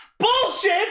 bullshit